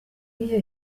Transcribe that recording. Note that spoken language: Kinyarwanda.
ibihe